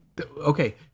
okay